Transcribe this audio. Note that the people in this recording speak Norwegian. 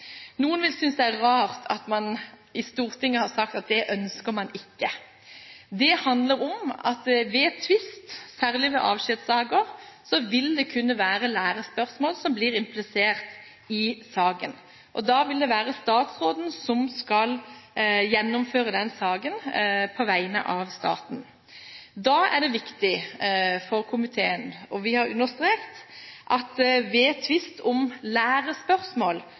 Noen vil synes det er rart at man i Stortinget har sagt at det ønsker man ikke. Det handler om at ved tvist, særlig ved avskjedssaker, vil det kunne være lærespørsmål som blir implisert i saken. Da vil det være statsråden som skal gjennomføre den saken på vegne av staten. Det er viktig for komiteen, og det har vi understreket, at ved tvist om lærespørsmål